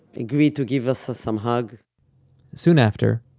agreed to give us ah some hug soon after,